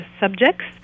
subjects